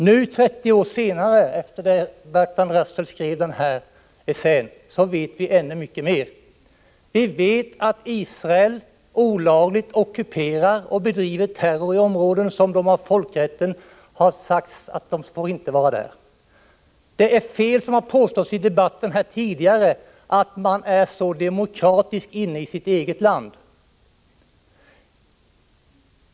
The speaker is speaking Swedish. Nu, 30 år efter det att Bertrand Russell skrev den här essän, vet vi ännu mer. Vi vet att Israel olagligt ockuperar och bedriver terror i områden som man enligt folkrätten inte får vistas i. Det är fel, som har påståtts i debatten här tidigare, att man är demokratisk inne i sitt eget land.